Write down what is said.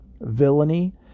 villainy